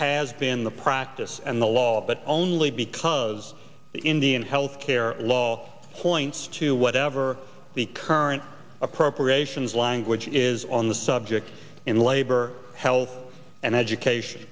has been the practice and the law but only because the indian health care law points to whatever the current appropriations language is on the subject in labor health and education